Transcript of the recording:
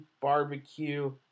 barbecue